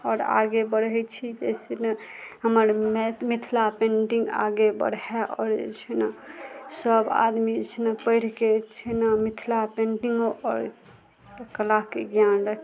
आओर आगे बढ़ै छी जैसे न हमर मिथिला पेन्टिंग आगे बढ़ै और जे छै नऽ सब आदमी जे छै नऽ पैढ़ के छै नऽ मिथिला पेन्टिंगो और कलाके ज्ञान रहै